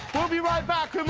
we'll be right back